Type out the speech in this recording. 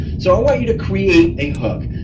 so i want you to create a hook,